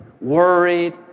worried